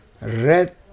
red